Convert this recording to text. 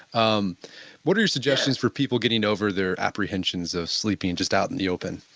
um what are your suggestions for people getting over their apprehensions of sleeping just out in the open?